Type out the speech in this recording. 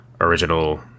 original